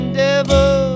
devil